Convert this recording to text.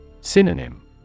Synonym